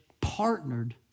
partnered